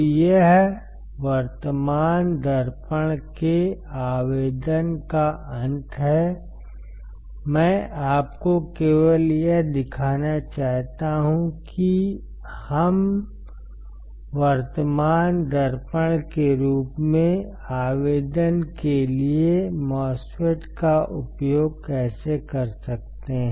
तो यह वर्तमान दर्पण के आवेदन का अंत है मैं आपको केवल यह दिखाना चाहता हूं कि हम वर्तमान दर्पण के रूप में आवेदन के लिए MOSFET का उपयोग कैसे कर सकते हैं